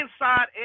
inside